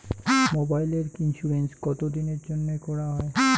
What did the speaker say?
মোবাইলের ইন্সুরেন্স কতো দিনের জন্যে করা য়ায়?